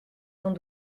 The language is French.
sans